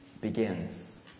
begins